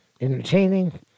entertaining